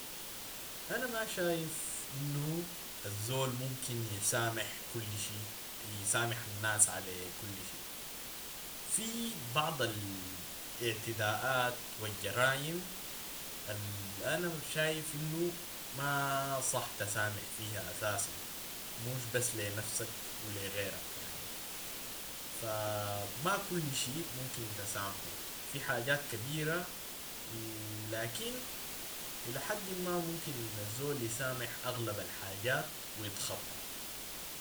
أنا ما شايف إنو الزول ممكن يسامح كل شي، يسامح الناس علي كل شي، في بعض ال- اعتداءات و الجرائم أنا شايف إنو ما صح تسامح فيها أساسا موش بس لنفسك و لغيرك يعني، ف- ما كل شي ممكن تسامحو، في حاجات كبيرة و لكن إلى حد ما ممكن الزول يسامح أغلب الحاجات ويتخطة.